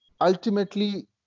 Ultimately